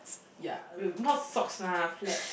ya wait not socks lah flat